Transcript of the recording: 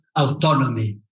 autonomy